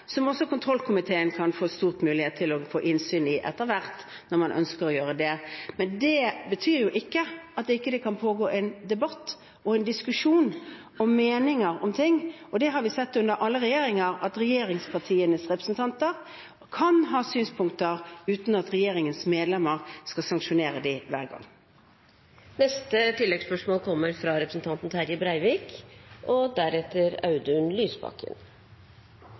få innsyn i etter hvert, når man ønsker det. Men det betyr ikke at det ikke kan pågå en debatt og en diskusjon, eller at det ikke finnes meninger om ting. Vi har sett under alle regjeringer at regjeringspartienes representanter kan ha synspunkter uten at regjeringens medlemmer skal sanksjonere dem hver